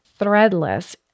Threadless